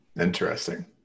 Interesting